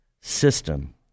system